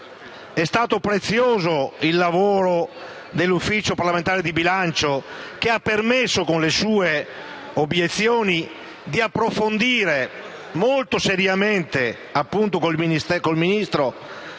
è stato prezioso il lavoro dell'Ufficio parlamentare di bilancio, che ha permesso, con le sue obiezioni, di approfondire molto seriamente con il Ministro